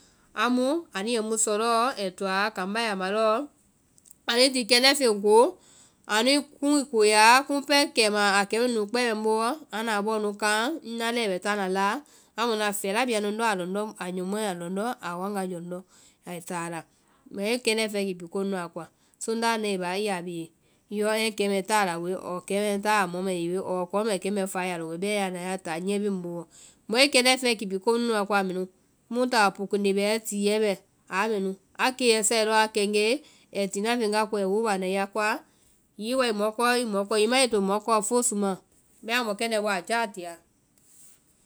Amu anu yɛ mu sɔ lɔɔ, ai toa kambá ya ma lɔɔ, anuĩ ti kɛndɛ́ feŋ koo anu kuŋ i koo yáa, kumu pɛɛ kɛima a kɛ mɛnu kpɛɛ bɛ ŋ booɔ, anda a bɔɔ nu kãhã, ŋna leŋɛ bɛ táa na láa amu ŋna a fɛla bia nu ŋndɔ a lɔndɔ́ a yɔmɔɛ a lɔndɔ́ awanga a lɔndɔ́. Ai táa a la, mɔi kɛndɛ́ feŋɛ kipi komuã koa, sondá a nae i báa i ya bee, yɔ ɛɛ kɛmɛ táa a la woe, ɔɔ kɛmɛ táa a la mɔ mɛɛ ye woe, ɔɔ kɔɔ mbɛ kɛ fáa woe bɛmaã i naã i ma nyiɛ táa ŋboo. Mɔ i kɛndɛ́ feŋɛ kipi komu nuã koa aa mɛnu. kumu taɔ poo konde bɛɛ tiɛɛ bɛ, aa mɛ nu, a keiɛ sae a kɛŋgɛe ai wowa na wa ya koa hiŋi i woa i mɔ kɔɔ i mɔ kɔ, hiŋi i ma woo i to mɔ kɔ fosu maã, bɛmaã mɔkɛndɛ́ɛ bɔɔ a jáa tiɛa.